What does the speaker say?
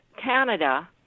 Canada